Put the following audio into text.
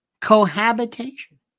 Cohabitation